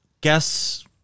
Guess